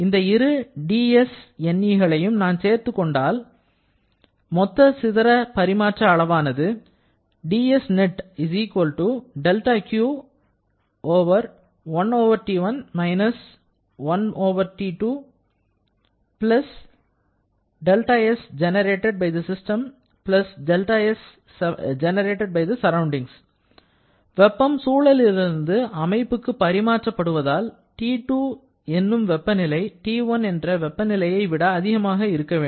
இந்த இரு dSne களையும் நான் சேர்த்துக் கொண்டால் மொத்த சிதற பரிமாற்ற அளவானது வெப்பம் சூழலிலிருந்து அமைப்புக்கு பரி மாற்றப்படுவதால் T2 என்னும் வெப்பநிலை T1 என்ற வெப்பநிலையை விட அதிகமாக இருக்க வேண்டும்